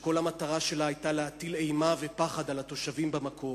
שכל המטרה שלה להטיל אימה ופחד על התושבים במקום.